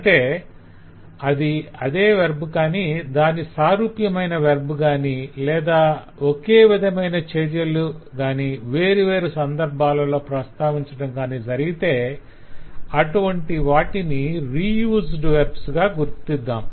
అంటే అదే వెర్బ్ కాని దాని సారూప్యమైన వెర్బ్స్ కాని లేదా ఒకే విధమైన చర్యలు గాని వేరువేరు సందర్భాలలో ప్రస్తావించటం కనుక జరిగితే అటువంటివాటిని రీయుసెడ్ వెర్బ్స్ గా గుర్తిద్దాం